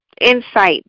insight